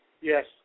Yes